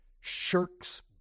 shirks